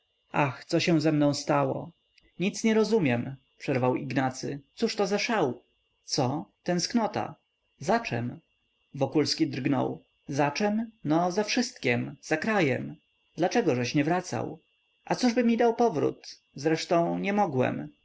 ach co się ze mną stało nic nie rozumiem przerwał ignacy cóżto za szał co tęsknota zaczem wokulski drgnął zaczem no za wszystkiem za krajem dlaczegożeś nie wracał a cóżby mi dał powrót zresztą nie mogłem